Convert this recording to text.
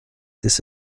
this